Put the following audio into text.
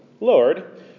Lord